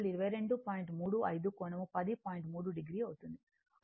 3 o అవుతుంది